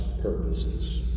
purposes